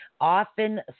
often